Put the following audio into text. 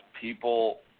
people